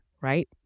right